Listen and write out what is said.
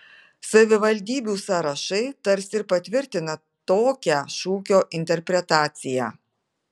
savivaldybių sąrašai tarsi ir patvirtina tokią šūkio interpretaciją